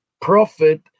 prophet